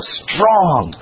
strong